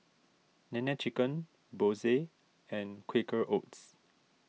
Nene Chicken Bose and Quaker Oats